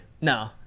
No